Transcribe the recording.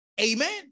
Amen